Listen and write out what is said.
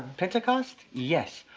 pentecost? yes,